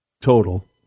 Total